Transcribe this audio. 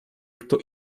kto